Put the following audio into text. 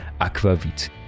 Aquavit